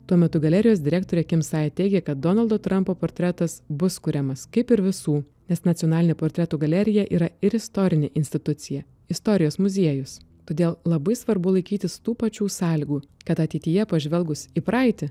tuo metu galerijos direktorė kim sajat teigė kad donaldo trampo portretas bus kuriamas kaip ir visų nes nacionalinė portretų galerija yra ir istorinė institucija istorijos muziejus todėl labai svarbu laikytis tų pačių sąlygų kad ateityje pažvelgus į praeitį